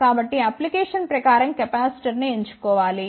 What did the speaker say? కాబట్టి అప్లికేషన్ ప్రకారం కెపాసిటర్ను ఎన్నుకో వాలి